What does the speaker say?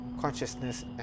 consciousness